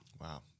Wow